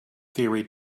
theory